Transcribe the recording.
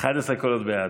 11 קולות בעד,